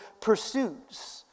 pursuits